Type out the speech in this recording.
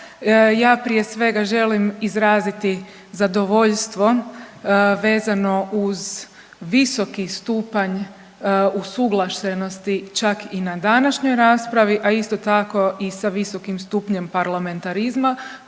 ja prije svega želim izraziti zadovoljstvo vezano uz visoki stupanj usuglašenosti čak i na današnjoj raspravi, a isto tako i sa visokim stupnjem parlamentarizma